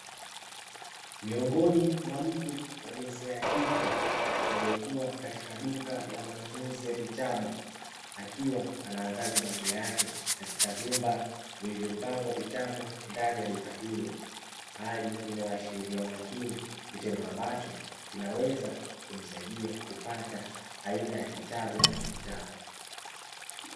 Miongoni mwa mtu wa jinsia ya kike aliyekuwa katika duka la manunuzi la vitabu, akiwa anaangaza macho yake katika vyumba vilivyopangwa vitabu ndani ya duka hilo, hali inayoashiria umakini kitendo ambacho kinaweza kumsaidia kupata aina ya kitabu anachokitaka.